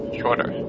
shorter